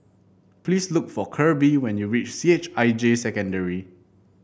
please look for Kirby when you reach C H I J Secondary